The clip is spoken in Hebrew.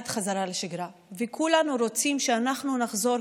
וכולנו רוצים שנחזור,